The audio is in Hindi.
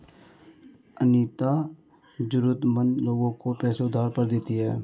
अनीता जरूरतमंद लोगों को पैसे उधार पर देती है